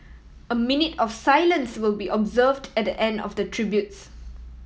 a minute of silence will be observed at the end of the tributes